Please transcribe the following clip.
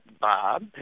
Bob